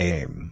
Aim